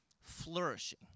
flourishing